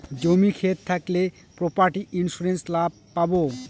জমি ক্ষেত থাকলে প্রপার্টি ইন্সুরেন্স লাভ পাবো